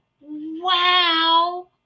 Wow